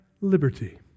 liberty